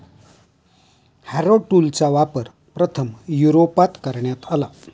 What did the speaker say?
Harrow टूलचा वापर प्रथम युरोपात करण्यात आला